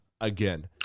again